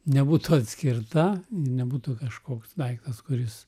nebūtų atskirta ir nebūtų kažkoks daiktas kuris